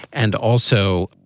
and also,